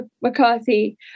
McCarthy